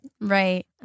Right